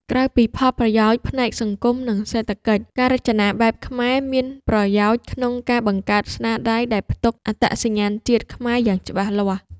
ក្រៅពីផលប្រយោជន៍ផ្នែកសង្គម និងសេដ្ឋកិច្ច ការរចនាបែបខ្មែរមានប្រយោជន៍ក្នុងការបង្កើតស្នាដៃដែលផ្ទុកអត្តសញ្ញាណជាតិខ្មែរយ៉ាងច្បាស់លាស់។